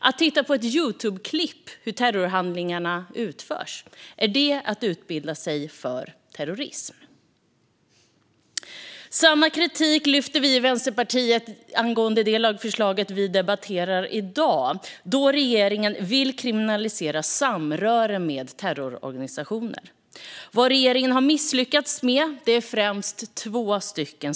Att titta på ett Youtubeklipp om hur terrorhandlingarna utförs, är det att utbilda sig för terrorism? Samma kritik lyfter vi i Vänsterpartiet fram angående det lagförslag vi debatterar i dag. Regeringen vill kriminalisera samröre med terrororganisationer. Vad regeringen har misslyckats med är främst två saker.